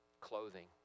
clothing